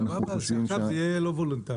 אז מה הבעיה שעכשיו זה יהיה לא וולונטרי?